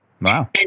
Wow